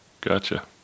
Gotcha